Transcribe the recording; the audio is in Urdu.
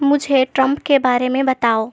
مجھے ٹرمپ کے بارے میں بتاؤ